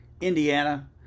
indiana